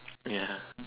ya